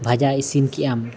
ᱵᱷᱟᱡᱟ ᱤᱥᱤᱱ ᱠᱮᱫᱟᱢ